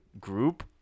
group